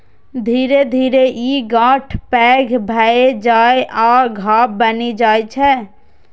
धीरे धीरे ई गांठ पैघ भए जाइ आ घाव बनि जाइ छै